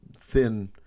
thin